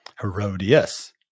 Herodias